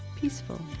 peaceful